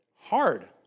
hard